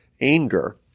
anger